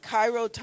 Cairo